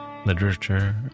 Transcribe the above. literature